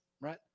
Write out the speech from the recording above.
right